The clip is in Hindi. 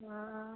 हाँ